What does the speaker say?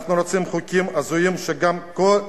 אתם רוצים חוקים הזויים שגם כך